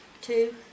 two